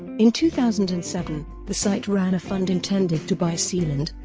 in two thousand and seven, the site ran a fund intended to buy sealand,